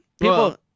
People